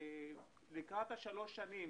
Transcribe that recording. לקראת השלוש שנים